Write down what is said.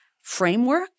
framework